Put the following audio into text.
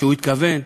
הוא התכוון,